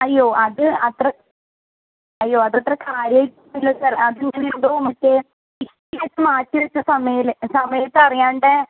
അയ്യോ അത് അത്ര അയ്യോ അത് അത്ര കാര്യമായിട്ടൊന്നും ഇല്ല സാർ അത് ഇങ്ങനെ എന്തോ മറ്റേ ഇഷ്ടികയെക്കെ മാറ്റി വച്ച സമേല് സമയത്ത് അറിയാണ്ട്